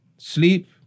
Sleep